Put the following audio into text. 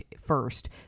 first